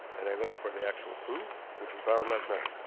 then i looked for the actual proof, which we found last night.